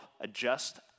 adjust